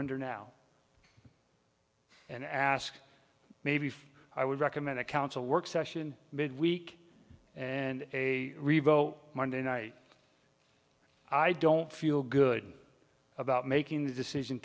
under now and ask maybe if i would recommend a council work session mid week and a revote monday night i don't feel good about making the decision